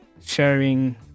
sharing